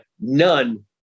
none